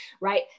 Right